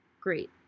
great